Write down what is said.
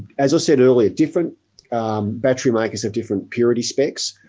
as i said earlier, different battery makers have different purity specs.